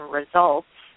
results